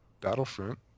Battlefront